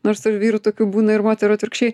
nors ir vyrų tokių būna ir moterų atvirkščiai